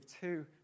two